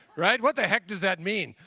right? what the heck does that mean?